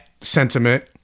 sentiment